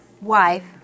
wife